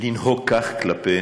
לנהוג כך כלפי